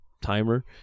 timer